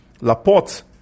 Laporte